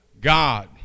God